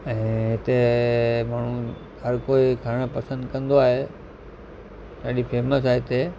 ऐं हिते माण्हू हर कोई खाइणु पसंदि कंदो आहे ॾाढी फेमस आहे इते